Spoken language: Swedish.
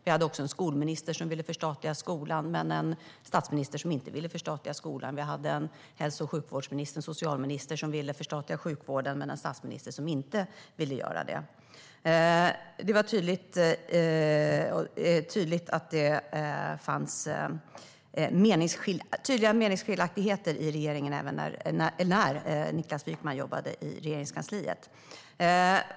Vi hade också en skolminister som ville förstatliga skolan och en statsminister som inte ville förstatliga skolan. Vi hade en socialminister som ville förstatliga sjukvården och en statsminister som inte ville göra det. Det var tydliga meningsskiljaktigheter i regeringen när Niklas Wykman jobbade i Regeringskansliet.